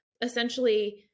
essentially